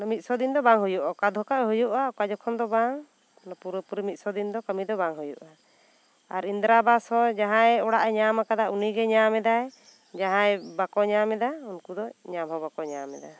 ᱢᱤᱫ ᱥᱚ ᱫᱤᱱ ᱫᱚ ᱵᱟᱝ ᱦᱩᱭᱩᱜᱼᱟ ᱚᱠᱟ ᱫᱚᱠᱷᱟ ᱦᱩᱭᱩᱜᱼᱟ ᱚᱠᱟ ᱡᱚᱠᱷᱚᱱ ᱫᱚ ᱵᱟᱝ ᱯᱩᱨᱟᱹ ᱯᱩᱨᱤ ᱢᱤᱫ ᱥᱚ ᱫᱤᱱ ᱫᱚ ᱠᱟᱹᱢᱤ ᱫᱚ ᱵᱟᱝ ᱦᱩᱭᱩᱜᱼᱟ ᱟᱨ ᱤᱱᱫᱨᱟ ᱟᱣᱟᱥ ᱦᱚᱸ ᱡᱟᱦᱟᱭ ᱚᱲᱟᱜ ᱮ ᱧᱟᱢ ᱟᱠᱟᱫᱟ ᱩᱱᱤ ᱜᱮᱭᱮ ᱧᱟᱢ ᱮᱫᱟ ᱡᱟᱦᱟᱸᱭ ᱵᱟᱠᱚ ᱧᱟᱢ ᱮᱫᱟ ᱩᱱᱠᱩ ᱫᱚ ᱧᱟᱢ ᱦᱚᱸ ᱵᱟᱠᱚ ᱧᱟᱢ ᱮᱫᱟ